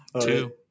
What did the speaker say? Two